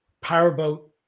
powerboat